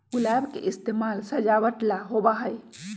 गुलाब के इस्तेमाल सजावट ला होबा हई